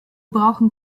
brauchen